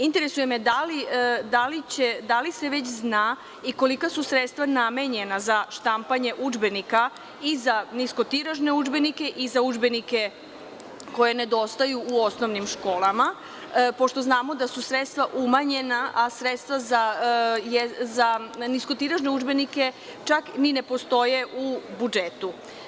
Interesuje me – da li se već zna i kolika su sredstva namenjena za štampanje udžbenika i za niskotiražne udžbenike i za udžbenike koji nedostaju u osnovnim školama, pošto znamo da su sredstva umanjena, a sredstva za niskotiražne udžbenika čak ni ne postoje u budžetu?